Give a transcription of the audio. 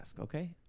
Okay